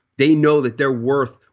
they know that they're worth,